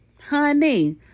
honey